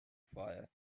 fire